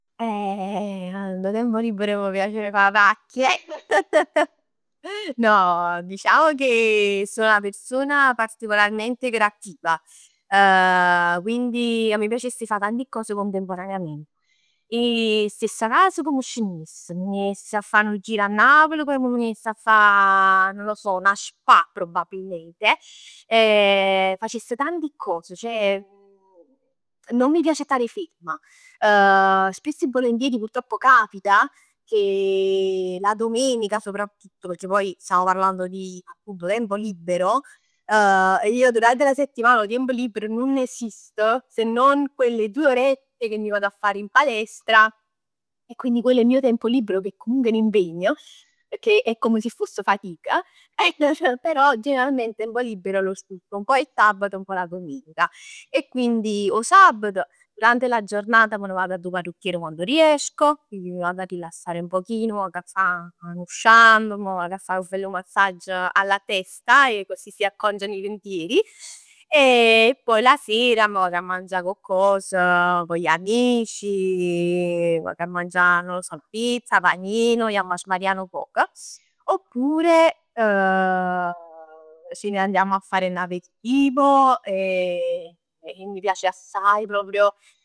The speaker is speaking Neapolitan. Eh, dint 'o tiempo libero m' piace 'e fa 'a pacchia. No, diciamo che so 'na persona particolarmente iperattiva. Quindi a me m' piacess 'e fa tanti cos contemporaneament. E stess 'a casa, comm scenness, m' ne jess 'a fa nu gir 'a Napoli, poi me ne jess a fa, non lo so, 'na spa probabilmente, facess tanti cos, ceh non mi piace stare ferma. Spesso e volentieri purtroppo capita che, la domenica soprattutto, perchè poi stiamo parlando di, appunto tempo libero. Io durante 'a settiman 'o tiempo libero nun esist, se non quelle due orette che mi vado a fare in palestra. E quindi quello è il mio tempo libero, che è comunque un impegno, pecchè è come si foss fatica. Ceh però generalmente il tempo libero lo sfrutto, un pò il sabato e un pò la domenica. E quindi 'o sabat durante la giornata me ne vado addò 'o parrucchiere quando riesco, mi vado a rilassare un pochino. M' vag 'a fa nu shampoo, m' vag 'a fa nu bell massaggio alla testa e così si acconciano i pensieri e poi la sera m' vag a mangià coccos con gli amici. M' vag 'a mangià non lo so, pizza, panino, jamm 'a sbarià nu poc, oppure ce ne andiamo a fare n'aperitivo e mi piace assai proprio